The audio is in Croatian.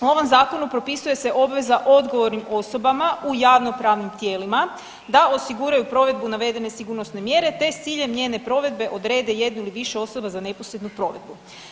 U ovom zakonu propisuje se obveza odgovornim osobama u javnopravnim tijelima da osiguraju provedbu navedene sigurnosne mjere te s ciljem njene provedbe odrede jednu ili više osoba za neposrednu provedbu.